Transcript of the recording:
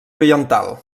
oriental